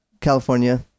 California